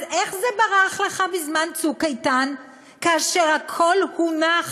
אז איך זה ברח לך בזמן "צוק איתן", כאשר הכול הונח